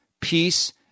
peace